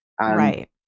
Right